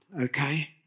okay